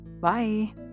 Bye